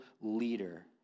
leader